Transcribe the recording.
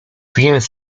więc